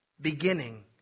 beginning